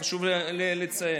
חשוב לציין.